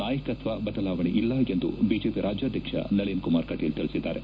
ನಾಯಕತ್ವ ಬದಲಾವಣೆ ಇಲ್ಲ ಎಂದು ಬಿಜೆಪಿ ರಾಜ್ಯಾಧ್ವಕ್ಕ ನಳಿನ್ ಕುಮಾರ್ ತಿಳಿಸಿದ್ದಾರೆ